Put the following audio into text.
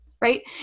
right